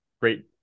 great